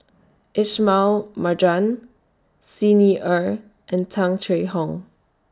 Ismail Marjan Xi Ni Er and Tung Chye Hong